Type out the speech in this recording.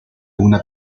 una